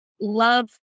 love